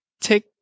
Take